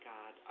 God